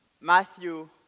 Matthew